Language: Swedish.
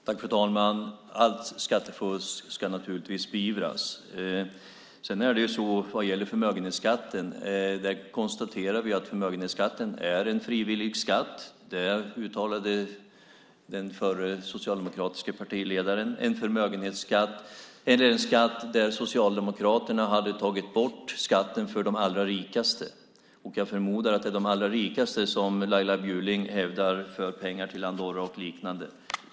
Fru talman! Allt skattefusk ska naturligtvis beivras. Sedan konstaterar vi att förmögenhetsskatten är en frivillig skatt. Det uttalade den förre socialdemokratiske partiledaren. Det är en skatt där Socialdemokraterna hade tagit bort skatten för de allra rikaste. Jag förmodar att det är de allra rikaste som Laila Bjurling hävdar för över pengar till Andorra och liknande.